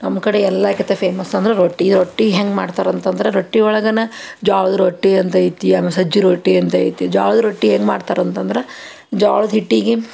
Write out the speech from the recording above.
ನಮ್ಮ ಕಡೆ ಎಲ್ಲಕ್ಕಿತ ಫೇಮಸ್ ಅಂದ್ರೆ ರೊಟ್ಟಿ ರೊಟ್ಟಿ ಹೆಂಗೆ ಮಾಡ್ತಾರೆ ಅಂತಂದ್ರೆ ರೊಟ್ಟಿ ಒಳಗೇನ ಜ್ವಾಳದ ರೊಟ್ಟಿ ಅಂತೈತಿ ಆಮೇಲೆ ಸಜ್ಜೆ ರೊಟ್ಟಿ ಅಂತೈತಿ ಜ್ವಾಳದ ರೊಟ್ಟಿ ಹೆಂಗ್ ಮಾಡ್ತಾರೆ ಅಂತಂದ್ರೆ ಜ್ವಾಳದ ಹಿಟ್ಟಿಗೆ